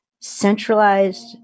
centralized